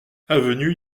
avenue